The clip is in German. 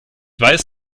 weiß